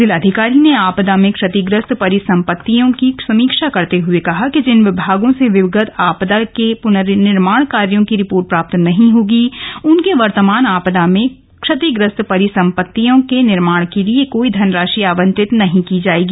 जिलाधिकारी ने आपदा में क्षतिग्रस्त परिसंपत्तियों की समीक्षा करते हुए कहा कि जिन विभागों से विगत आपदा के पुनर्निर्माण कार्योंकी रिपोर्ट प्राप्त नहीं होगी उनके वर्तमान आपदा में क्षतिग्रस्त परिसंपत्तियों के निर्माण के लिए कोई धनराशि आवंटित नहीं की जाएगी